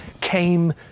came